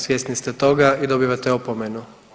Svjesni ste toga i dobivate opomenu.